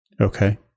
Okay